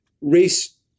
race